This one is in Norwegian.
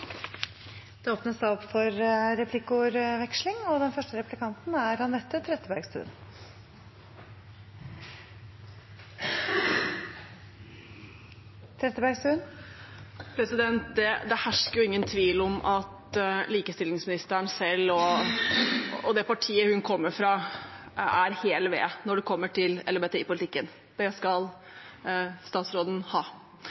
Det åpnes for replikkordskifte. Det hersker ingen tvil om at likestillingsministeren selv og det partiet hun kommer fra, er hel ved når det kommer til LHBT i politikken – det skal statsråden ha.